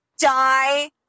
die